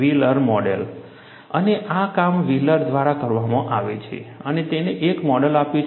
wheeler model અને આ કામ વ્હીલર દ્વારા કરવામાં આવે છે અને તેણે એક મોડેલ આપ્યું છે